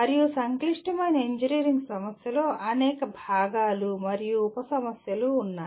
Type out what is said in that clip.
మరియు సంక్లిష్టమైన ఇంజనీరింగ్ సమస్యలో అనేక భాగాలు మరియు అనేక ఉప సమస్యలు ఉన్నాయి